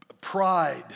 Pride